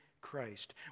Christ